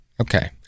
Okay